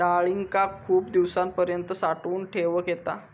डाळींका खूप दिवसांपर्यंत साठवून ठेवक येता